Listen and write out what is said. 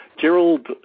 Gerald